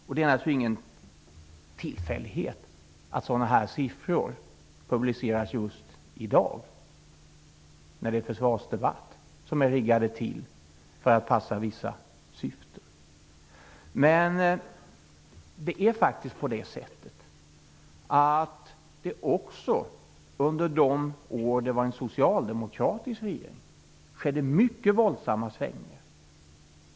Det är naturligtvis ingen tillfällighet att sådana här siffror, som är riggade för att passa vissa syften, publiceras just i dag, när det är försvarsdebatt. Men också under de år då det var en socialdemokratisk regering skedde mycket våldsamma svängningar.